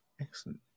Excellent